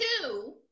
Two